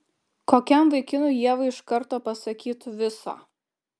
kokiam vaikinui ieva iš karto pasakytų viso